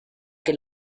que